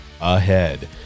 ahead